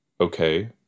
Okay